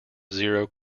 zero